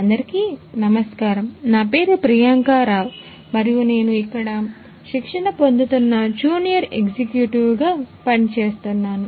అందరికీ నమస్కారం నా పేరు ప్రియాంక రావు మరియు నేను ఇక్కడ శిక్షణ పొందుతున్నజూనియర్ ఎగ్జిక్యూటివ్ గా పని చేస్తున్నాను